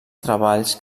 treballs